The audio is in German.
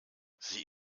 sie